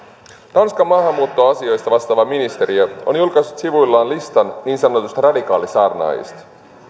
tanskan maahanmuuttoasioista vastaava ministeriö on julkaissut sivuillaan listan niin sanotuista radikaalisaarnaajista